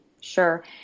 sure